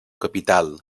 capital